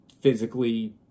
physically